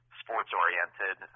sports-oriented